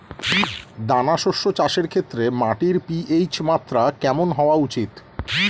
দানা শস্য চাষের ক্ষেত্রে মাটির পি.এইচ মাত্রা কেমন হওয়া উচিৎ?